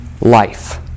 life